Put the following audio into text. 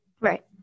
Right